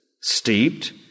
steeped